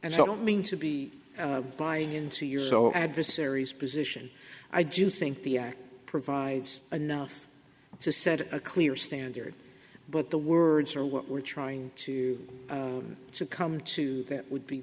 and i don't mean to be buying into your so adversaries position i do think the act provides enough to set a clear standard but the words are what we're trying to come to that would be